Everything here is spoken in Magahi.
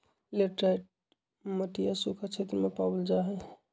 लेटराइट मटिया सूखा क्षेत्र में पावल जाहई